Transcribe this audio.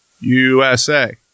USA